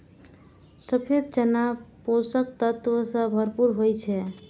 सफेद चना पोषक तत्व सं भरपूर होइ छै